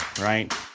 right